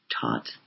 Taught